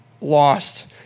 Lost